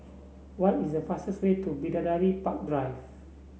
what is the fastest way to Bidadari Park Drive